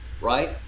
right